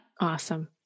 Awesome